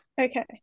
Okay